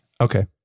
Okay